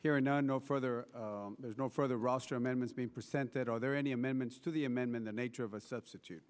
and no no further there's no further roster amendments being percent that are there any amendments to the amendment the nature of a substitute